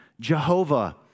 Jehovah